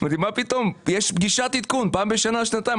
יש פגישת עדכון פעם בשנה-שנתיים,